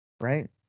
right